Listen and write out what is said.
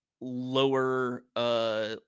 lower